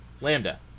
Lambda